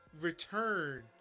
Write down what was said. return